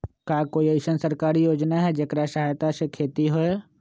का कोई अईसन सरकारी योजना है जेकरा सहायता से खेती होय?